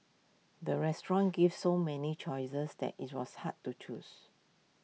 the restaurant gave so many choices that IT was hard to choose